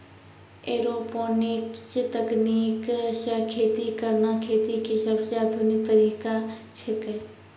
aeroponics तकनीक सॅ खेती करना खेती के सबसॅ आधुनिक तरीका छेकै